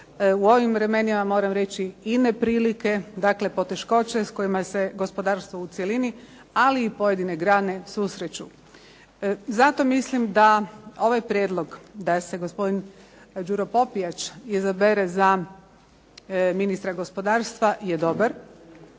O ovim vremenima moram reći i neprilike, dakle poteškoće s kojima se gospodarstvo u cjelini, ali i pojedine grane susreću. Zato mislim da ovaj prijedlog da se gospodin Đuro Popijač izabere za ministra gospodarstva je dobar